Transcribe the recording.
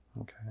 Okay